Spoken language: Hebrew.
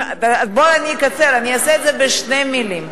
אנחנו לא ישנים בלילה כדי לשמוע את זה.